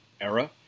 era